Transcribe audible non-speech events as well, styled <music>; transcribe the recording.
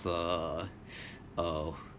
uh <breath> uh